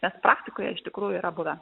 nes praktikoje iš tikrųjų yra buvę